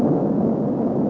or